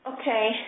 Okay